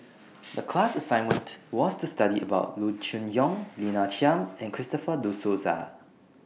The class assignment was to study about Loo Choon Yong Lina Chiam and Christopher De Souza